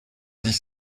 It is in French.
dix